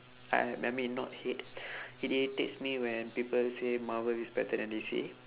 I I mean not hate it irritates me when people say marvel is better than D_C